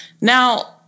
Now